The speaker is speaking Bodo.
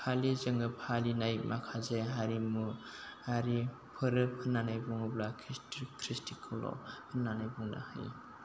खालि जोङो फालिनाय माखासे हारिमुआरि फोरबो होन्नानै बुङोब्ला खृष्टि खृष्टिखौल' होन्नानै बुंनो हायो